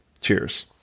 Cheers